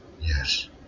Yes